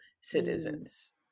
citizens